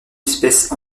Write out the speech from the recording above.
espèce